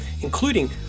including